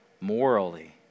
morally